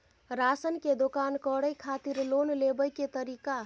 Ration के दुकान करै खातिर लोन लेबै के तरीका?